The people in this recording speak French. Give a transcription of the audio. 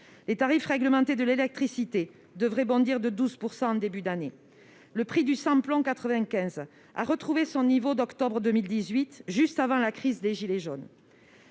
les tarifs réglementés de l'électricité devraient bondir de 12 % en début d'année et le prix du sans plomb 95 a retrouvé son niveau d'octobre 2018, juste avant la crise des « gilets jaunes